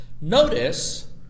Notice